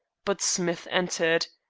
but smith entered.